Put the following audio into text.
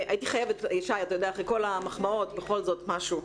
הייתי חייבת בכל זאת משהו.